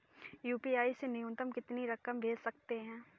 UPI से न्यूनतम कितनी रकम भेज सकते हैं?